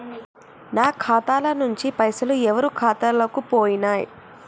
నా ఖాతా ల నుంచి పైసలు ఎవరు ఖాతాలకు పోయినయ్?